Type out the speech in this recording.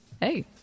Hey